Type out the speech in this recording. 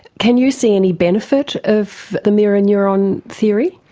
can you see any benefit of the mirror and neuron theory?